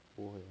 um